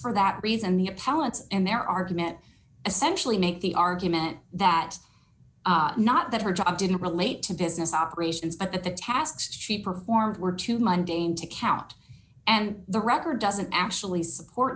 for that reason the appellants and their argument essentially make the argument that not that her job didn't relate to business operations but at the tasks she performed were to monday into account and the record doesn't actually support